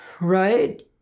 right